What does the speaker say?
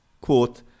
quote